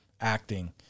acting